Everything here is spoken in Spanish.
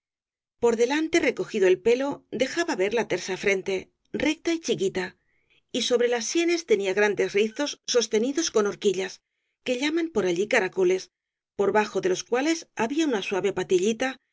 por delante recogido el pelo dejaba ver la tersa frente recta y chiquita y sobre las sienes tenía grandes rizos sostenidos con horquillas que llaman por allí caracoles por bajo de los cuales había una suave patillita